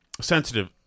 sensitive